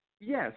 Yes